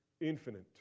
infinite